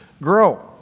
Grow